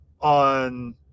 on